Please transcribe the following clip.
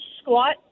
squat